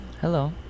Hello